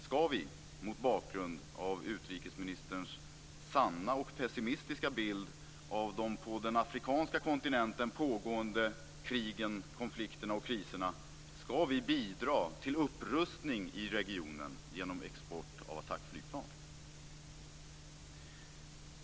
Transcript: Skall vi, mot bakgrund av utrikesministerns sanna och pessimistiska bild av de på den afrikanska kontinenten pågående krigen, konflikterna och kriserna, bidra till upprustning i regionen genom export av attackflygplan?